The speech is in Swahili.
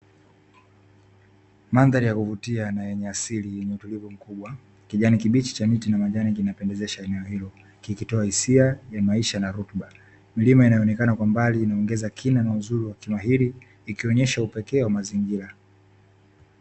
Mandhari ya kuvutia na yenye asili ni tulivu mkubwa, kijani kibichi cha miti na majani kinapendezesha eneo hilo kikitoa hisia ya maisha na rutuba, milima inayoonekana kwa mbali inaongeza kina na uzuri wa eneo hili ikionesha upekee wa mazingira.